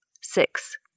Six